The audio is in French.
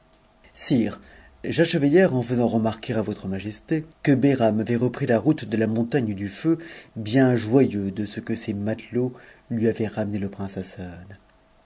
sire j'achevai hier en faisant remarquer à votre majesté que behrau avait repris la route de la montagne du feu bien joyeux de ce que ses matelots lui avaient ramené le prince assad